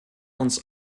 uns